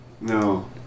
No